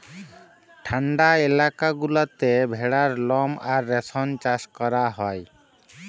ঠাল্ডা ইলাকা গুলাতে ভেড়ার লম আর রেশম চাষ ক্যরা হ্যয়